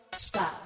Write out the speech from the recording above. stop